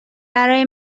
برای